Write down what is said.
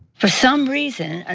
for some reason, ah